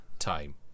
time